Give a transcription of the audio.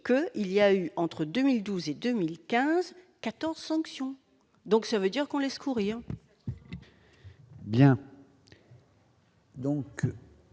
il y a eu entre 2012 et 2015 14 sanction donc ça veut dire qu'on laisse courir. Donc.